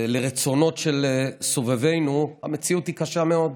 לרצונות של סובבינו, המציאות היא קשה מאוד.